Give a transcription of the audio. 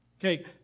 Okay